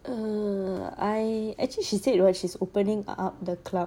err I actually she said what she was opening up the club